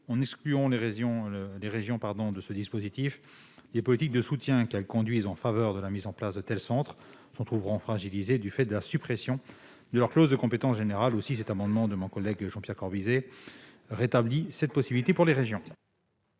en excluant les régions de ce dispositif, les politiques de soutien qu'elles conduisent en faveur de la mise en place de tels centres s'en trouveront fragilisées du fait de la suppression de leur clause de compétence générale. Aussi, le présent amendement de mon collègue Jean-Pierre Corbisez vise à rétablir cette possibilité pour les régions.